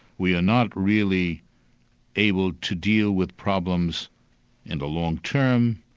we are not really able to deal with problems in the long term,